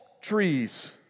trees